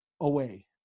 away